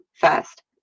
first